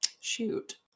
shoot